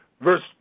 verse